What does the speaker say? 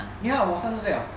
ya 我三十岁了